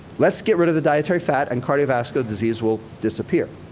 let's get rid of the dietary fat and cardiovascular disease will disappear.